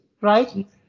right